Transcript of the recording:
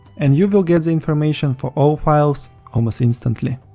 and you will get the information for all files almost instantly.